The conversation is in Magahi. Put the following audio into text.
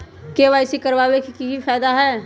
के.वाई.सी करवाबे के कि फायदा है?